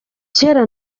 kera